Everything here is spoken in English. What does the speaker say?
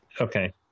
okay